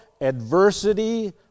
adversity